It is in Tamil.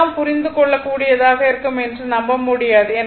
எல்லாம் புரிந்து கொள்ளக் கூடியதாக இருக்கும் என்று நம்ப முடியாது